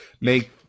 Make